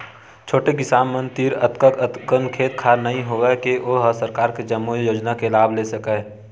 छोटे किसान मन तीर अतका अकन खेत खार नइ होवय के ओ ह सरकार के जम्मो योजना के लाभ ले सकय